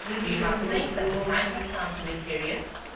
do you not think that the time has come to be serious?